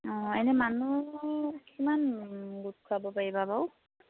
অঁ এনেই মানুহ কিমান গোট খুৱাব পাৰিবা বাৰু